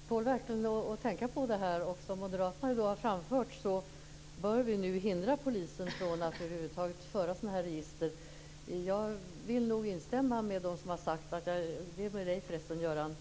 Fru talman! Det tål verkligen att tänka på detta. Som Moderaterna har framfört bör vi nu hindra polisen från att över huvud taget föra sådana här register. Jag vill nog instämma med dem som har sagt - det gäller också Göran